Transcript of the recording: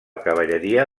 cavalleria